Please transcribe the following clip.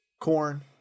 corn